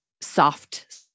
soft